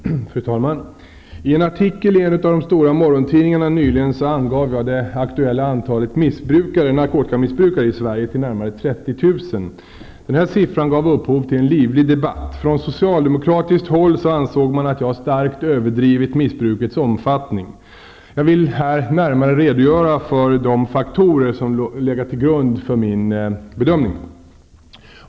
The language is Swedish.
Fru talman! I en artikel i en av de stora morgontidningarna angav jag nyligen det aktuella antalet narkotikamissbrukare i Sverige till närmare 30 000. Denna siffra gav upphov till en livlig debatt. Från socialdemokratiskt håll ansåg man att jag starkt överdrivit missbrukets omfattning. Jag vill här närmare redogöra för de faktorer som legat till grund för min bedömning.